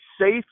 safe